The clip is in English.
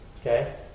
Okay